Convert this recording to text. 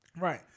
Right